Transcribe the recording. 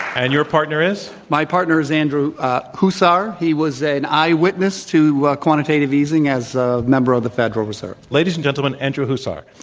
and your partner is? my partner is andrew huszar. he was an eyewitn ess to quantitative easing as a member of the federal ladies and gentlemen, andrew huszar.